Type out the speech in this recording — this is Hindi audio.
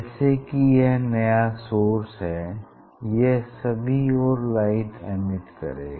जैसे कि यह एक नया सोर्स है यह सभी ओर लाइट एमिट करेगा